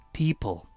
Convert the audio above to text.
people